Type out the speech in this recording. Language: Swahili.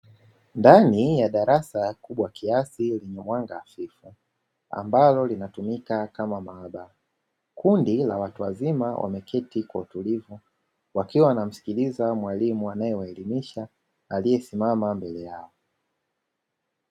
Ndani ya darasa kubwa kiasi lenye mwanga hafifu, ambalo linatumika kama maabara. Kundi la watu wazima wameketi kwa utulivu wakiwa wanamsikiliza mwalimu anayewaelimisha aliyesimama mbele yao.